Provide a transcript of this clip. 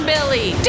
Billy